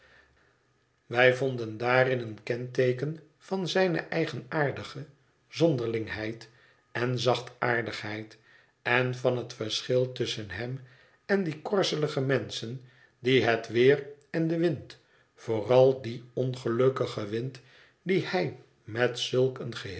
wij vonden daarin een kenteeken van zijne eigenaardige zonderlingheid en zachtaardigheid en van het verschil tusschen hem en die korzelige menschen die het weer en den wind vooral dien ongelukkigen wind dien hij met zulk een